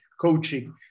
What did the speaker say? coaching